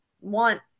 want